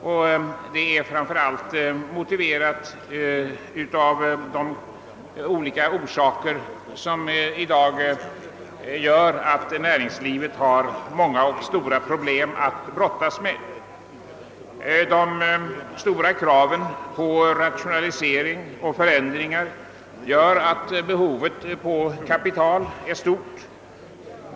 Detta är framför allt motiverat av de olika omständigheter som gör att näringslivet har många och stora problem att brottas med. Kraven på rationalisering och förändringar gör att behovet av kapital är stort.